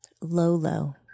Lolo